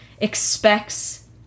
expects